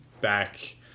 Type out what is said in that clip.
back